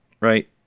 right